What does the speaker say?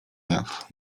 jaw